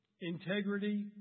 integrity